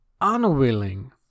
unwilling